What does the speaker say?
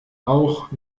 auch